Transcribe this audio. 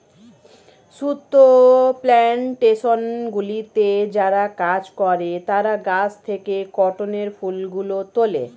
সুতো প্ল্যানটেশনগুলিতে যারা কাজ করে তারা গাছ থেকে কটনের ফুলগুলো তোলে